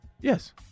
Yes